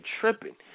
tripping